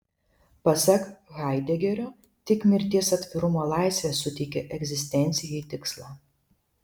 pasak haidegerio tik mirties atvirumo laisvė suteikia egzistencijai tikslą